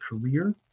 career